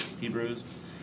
Hebrews